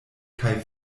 kaj